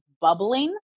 bubbling